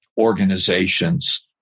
organizations